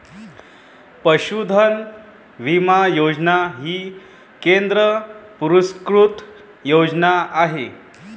पशुधन विमा योजना ही केंद्र पुरस्कृत योजना आहे